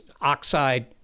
oxide